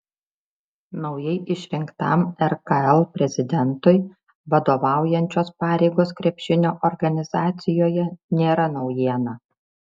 naujai išrinktam rkl prezidentui vadovaujančios pareigos krepšinio organizacijoje nėra naujiena